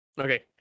Okay